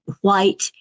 white